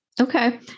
Okay